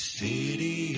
city